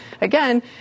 again